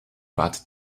bat